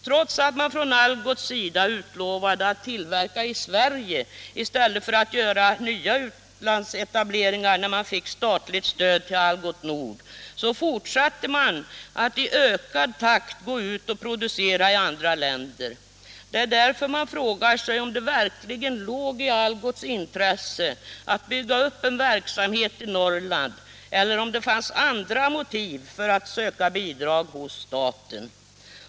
Trots att man från Algots sida utlovade att tillverka i Sverige i stället för att göra nya utlandsetableringar när man fick statligt stöd till Algots Nord fortsatte man att i ökad takt gå ut och producera i andra länder. Det är därför man frågar sig om det verkligen låg i Algots intresse att bygga upp en verksamhet i Norrland eller om det fanns andra motiv för att söka bidrag hos staten.